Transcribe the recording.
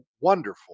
wonderful